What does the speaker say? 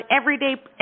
everyday